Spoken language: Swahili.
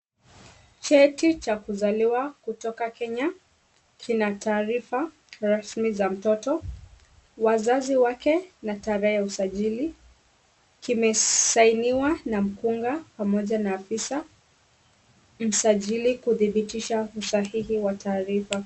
Cheti cha kuzaliwa kutoka Kenya kina taarifa rasmi za mtoto, wazazi wake na tarehe ya usajili . Kime signiwa na mkunga pamoja na afisa msajili kudhibitisha usahihi wa taarifa.